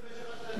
מה לעשות?